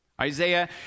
Isaiah